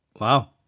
Wow